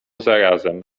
zarazem